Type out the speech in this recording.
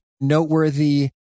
noteworthy